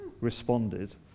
responded